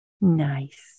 Nice